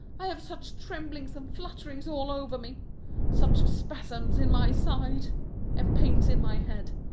i have such tremblings and flutterings all over me such spasms in my side and pains in my head,